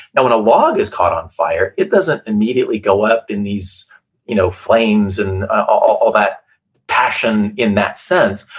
now when a log is caught on fire, it doesn't immediately go up in these you know flames, and all that passion in that sense,